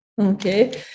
okay